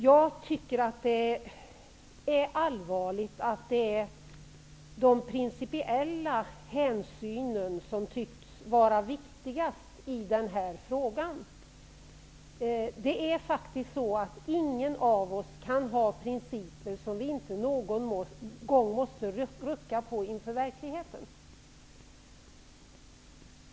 Jag tycker att det är allvarligt att det är de principiella hänsynen som tycks vara viktigast i den här frågan. Ingen av oss kan ha principer som vi inte någon gång måste rucka på inför verkligheten.